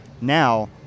now